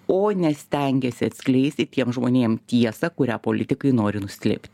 o ne stengiasi atskleisti tiem žmonėm tiesą kurią politikai nori nuslėpt